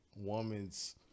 woman's